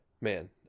man